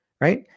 right